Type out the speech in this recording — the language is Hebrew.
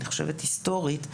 אני חושבת שהיסטורית,